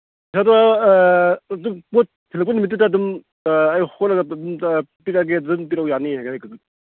ꯑꯗ ꯄꯣꯠ ꯊꯤꯜꯂꯛꯄ ꯅꯨꯃꯤꯠꯇꯨꯗ ꯑꯗꯨꯝ ꯑꯩ ꯍꯣꯠꯂꯒ ꯄꯤꯔꯛꯑꯒꯦ ꯑꯗꯨꯗ ꯑꯗꯨꯝ ꯄꯤꯔꯛꯎ ꯌꯥꯅꯤꯌꯦ